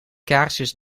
kaarsjes